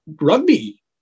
Rugby